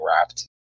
wrapped